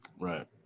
right